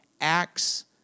Acts